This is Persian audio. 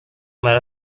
برای